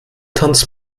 tanz